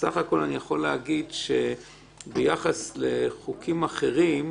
בסך הכל אני יכול להגיד שביחס לחוקים אחרים,